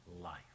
life